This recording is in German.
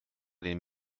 den